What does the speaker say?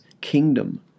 kingdom